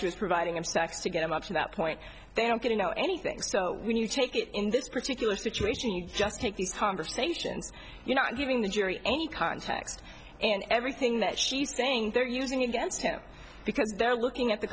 shoes providing him sex to get him up to that point they don't get to know anything so when you take it in this particular situation you just make these conversations you're not giving the jury any context and everything that she's saying they're using against him because they're looking at the